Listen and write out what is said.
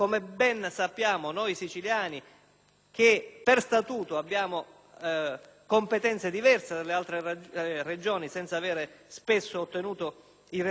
per statuto abbiamo competenze diverse dalle altre Regioni, senza avere spesso ottenuto i relativi compensi perequativi per quelle